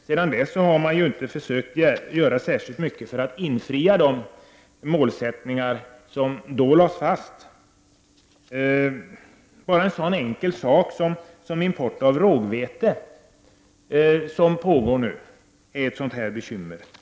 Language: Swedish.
Sedan dess har man dock inte försökt göra särskilt mycket för att uppnå de mål som då bestämdes. Jag skall ta ett litet exempel. Den import av rågvete som nu pågår är ett sådant bekymmer.